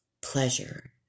pleasure